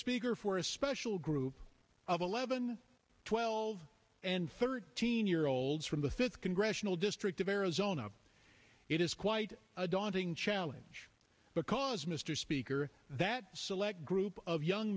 speaker for a special group of eleven twelve and thirteen year olds from the fifth congressional district of arizona it is quite a daunting challenge because mr speaker that select group of young